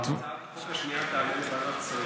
ביום שהצעת החוק תעלה בוועדת השרים,